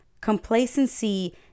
Complacency